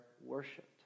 worshipped